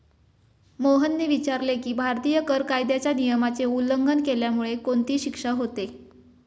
मोहनने विचारले की, भारतीय कर कायद्याच्या नियमाचे उल्लंघन केल्यामुळे कोणती शिक्षा होते?